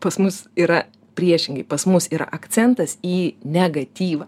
pas mus yra priešingai pas mus yra akcentas į negatyvą